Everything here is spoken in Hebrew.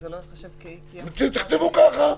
אז זה לא ייחשב כאי-קיום --- תכתבו ככה,